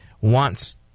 wants